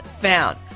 found